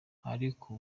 ariko